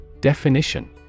Definition